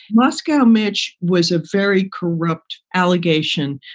moscow, mitch, was a very corrupt allegation.